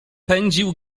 pędził